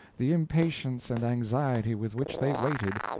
the impatience and anxiety with which they waited,